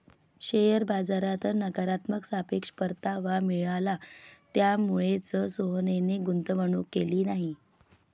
share बाजारात नकारात्मक सापेक्ष परतावा मिळाला, त्यामुळेच सोहनने गुंतवणूक केली नाही